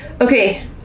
Okay